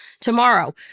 tomorrow